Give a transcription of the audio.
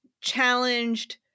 challenged